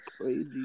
crazy